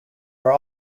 are